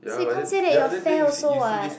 so you can't say that you are fair also [what]